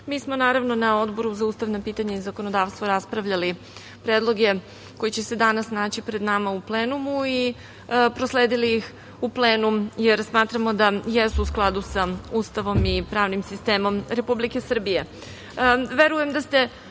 mi smo na Odboru za ustavna pitanja i zakonodavstvo raspravljali predloge koji će se danas naći pred nama u plenumu i prosledili ih u plenum, jer smatramo da jesu u skladu sa Ustavom i pravnim sistemom Republike Srbije. Verujem